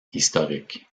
historique